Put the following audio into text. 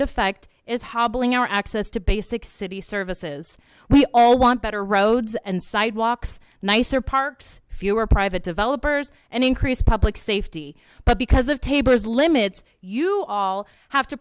effect is hobbling our access to basic city services we all want better roads and sidewalks nicer parks fewer private developers and increase public safety but because of taber's limits you all have to